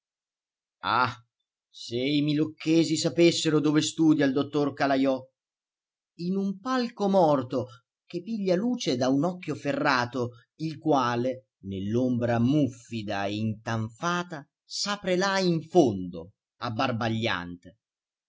i milocchesi sapessero dove studia il dottor calajò in un palco morto che piglia luce da un occhio ferrato il quale nell'ombra muffida e intanfata s'apre là in fondo